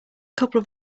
couple